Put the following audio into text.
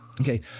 Okay